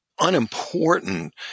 unimportant